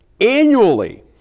annually